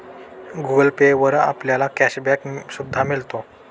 Google Pay वर आपल्याला cash back सुद्धा मिळतो